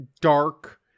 dark